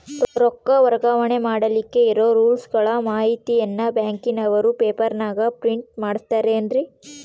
ರೊಕ್ಕ ವರ್ಗಾವಣೆ ಮಾಡಿಲಿಕ್ಕೆ ಇರೋ ರೂಲ್ಸುಗಳ ಮಾಹಿತಿಯನ್ನ ಬ್ಯಾಂಕಿನವರು ಪೇಪರನಾಗ ಪ್ರಿಂಟ್ ಮಾಡಿಸ್ಯಾರೇನು?